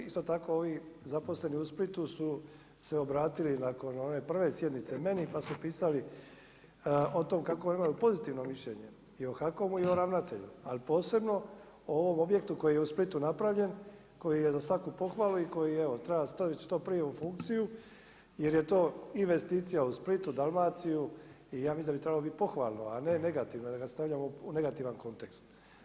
Isto tako ovi zaposleni u Splitu su se obratili nakon ove prve sjednice meni pa su pisali o tom kako imaju pozitivno mišljenje i o HAKOM-u i o ravnatelju, ali posebno o ovome objektu koji je u Splitu napravljen, koji je za svaku pohvalu i koji treba staviti što prije u funkciju, jer je to investicija u Splitu, Dalmaciju i ja mislim da bi trebalo biti pohvalno, a ne negativno da ga stavljamo u negativan kontekst.